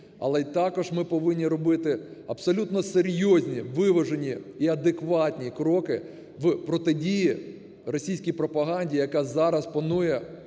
але і також ми повинні робити абсолютно серйозні виважені і адекватні кроки в протидії російській пропаганді, яка зараз панує